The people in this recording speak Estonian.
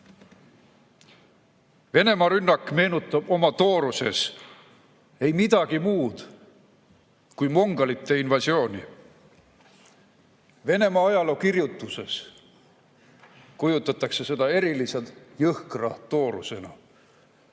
Venemaa rünnak meenutab oma tooruses ei midagi muud kui mongolite invasiooni. Venemaa ajalookirjutuses kujutatakse seda eriliselt jõhkra toorusena.